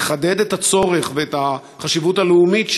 ולחדד את הצורך ואת החשיבות הלאומית שלו.